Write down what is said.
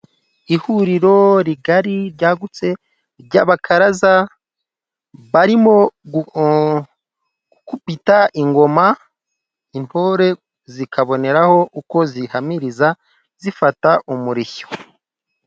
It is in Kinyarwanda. Ihuriro rigari ryagutse ry'abakaraza, barimo gukubita ingoma, intore zikaboneraho uko zihamiriza, zifata umurishyo.